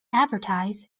advertise